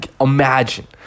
Imagine